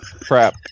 Crap